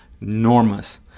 enormous